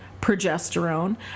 progesterone